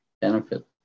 benefit